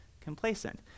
complacent